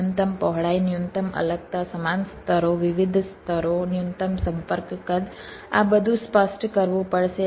ન્યૂનતમ પહોળાઈ ન્યૂનતમ અલગતા સમાન સ્તરો વિવિધ સ્તરો ન્યૂનતમ સંપર્ક કદ આ બધું સ્પષ્ટ કરવું પડશે